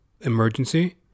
Emergency